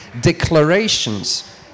Declarations